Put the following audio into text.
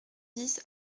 dix